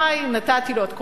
נתתי לו את כל החומר,